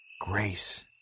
grace